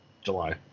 July